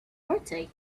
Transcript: birthday